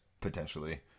potentially